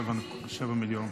ה-7 מיליון?